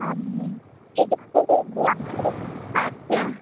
আমি কে যাবে গো আমাদের আচ্ছা